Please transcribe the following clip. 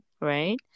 right